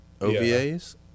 OVAs